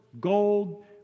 gold